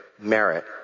merit